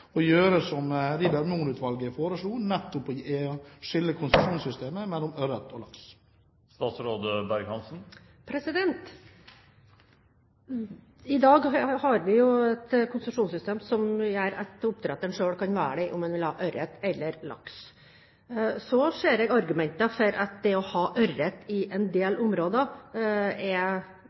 å gjøre som Rieber-Mohn-utvalget foreslo, nettopp å skille konsesjonssystemet mellom ørret og laks? I dag har vi et konsesjonssystem som gjør at oppdretteren selv kan velge om han vil ha ørret eller laks. Så ser jeg argumentene for at det å ha ørret i en del områder i forhold til utfordringene med villaksen er